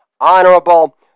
honorable